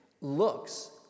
looks